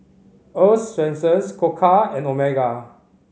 Earl's Swensens Koka and Omega